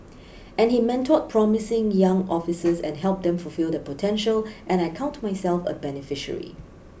and he mentored promising young officers and helped them fulfil their potential and I count myself a beneficiary